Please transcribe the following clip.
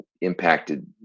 impacted